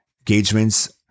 engagements